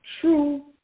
true